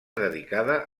dedicada